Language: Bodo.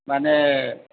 माने